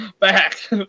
back